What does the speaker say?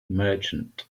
merchant